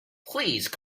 please